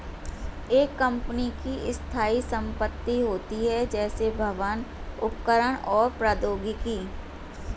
एक कंपनी की स्थायी संपत्ति होती हैं, जैसे भवन, उपकरण और प्रौद्योगिकी